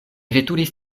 veturis